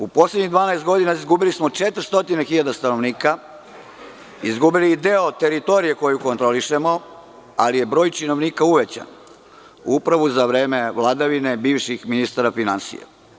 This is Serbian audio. U poslednjih 12 godina izgubili smo 400.000 stanovnika, izgubili deo teritorije koju kontrolišemo, ali je broj činovnika uvećan, upravo za vreme vladavine bivših ministara finansija.